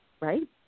right